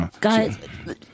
Guys